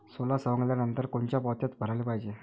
सोला सवंगल्यावर कोनच्या पोत्यात भराले पायजे?